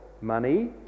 money